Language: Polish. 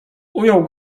ujął